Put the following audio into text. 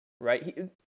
right